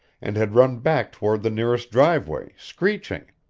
and had run back toward the nearest driveway, screeching.